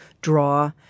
draw